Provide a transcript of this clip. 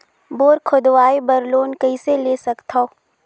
Bore खोदवाय बर loan कइसे ले सकथव?